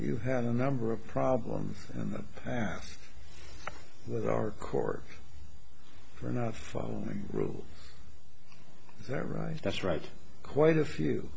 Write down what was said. you had a number of problems with our court for not following rules right that's right quite a few